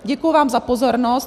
Děkuji vám za pozornost.